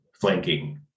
flanking